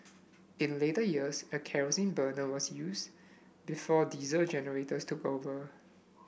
in later years a kerosene burner was used before diesel generators took over